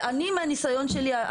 מהניסיון שלי,